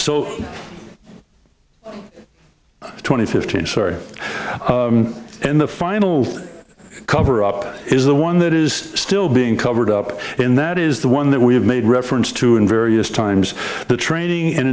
so twenty fifteen story and the final cover up is the one that is still being covered up and that is the one that we have made reference to in various times the training and